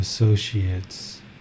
Associates